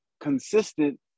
consistent